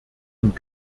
und